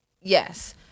Yes